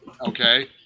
Okay